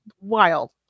Wild